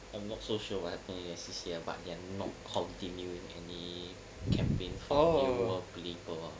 I'm not so sure what happened in the C_C_A lah but they are not continuing any campaign or new world player